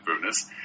bonus